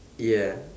ya